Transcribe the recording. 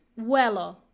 vuelo